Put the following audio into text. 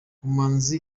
umuhanzi